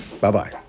Bye-bye